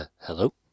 hello